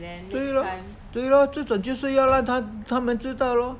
对 lor 对 lor 这种就是要让他他们知道 lor